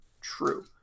true